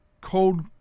cold